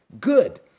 good